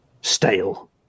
stale